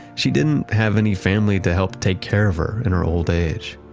she didn't have any family to help take care of her in her old age.